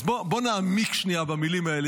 אז בואו נעמיק שנייה במילים האלה,